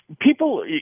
people